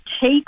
take